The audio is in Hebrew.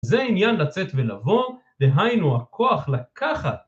זה עניין לצאת ולבוא, דהיינו הכוח לקחת